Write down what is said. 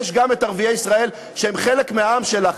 יש גם ערביי ישראל שהם חלק מהעם שלך,